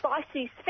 spicy